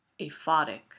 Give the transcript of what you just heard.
Aphotic